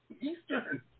Eastern